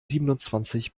siebenundzwanzig